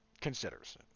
considers